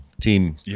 team